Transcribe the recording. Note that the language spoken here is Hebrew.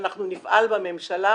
שאנחנו נפעל בממשלה